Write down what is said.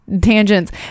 tangents